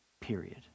period